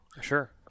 Sure